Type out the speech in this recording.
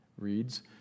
reads